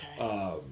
Okay